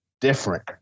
different